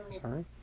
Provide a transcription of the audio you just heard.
sorry